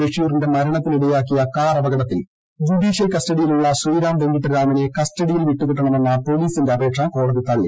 ബഷീറിന്റെ മരണത്തിനിടയാക്കിയ കാർ അപകടത്തിൽ ജുഡീഷ്യൽ കസ്റ്റഡിയിലുള്ള ശ്രീറാം വെങ്കിട്ടരാമനെ കസ്റ്റഡിയിൽ വിട്ടുകിട്ടണമെന്ന പോലീസിന്റെ അപേക്ഷ കോടതി തള്ളി